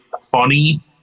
funny